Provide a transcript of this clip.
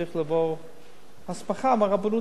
צריך לעבור הסמכה ברבנות.